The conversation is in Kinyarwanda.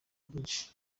byinshi